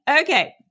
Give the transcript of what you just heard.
Okay